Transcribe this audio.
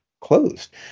closed